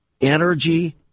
energy